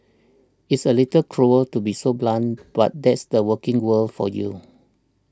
it's a little cruel to be so blunt but that's the working world for you